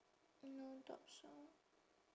no doubts ah